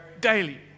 daily